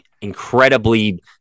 incredibly